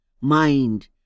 mind